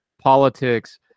Politics